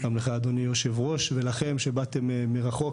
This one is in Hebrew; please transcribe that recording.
גם לך אדוני יושב הראש ולכם שבאתם מרחוק,